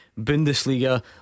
Bundesliga